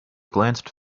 glanced